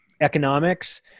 economics